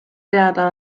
teada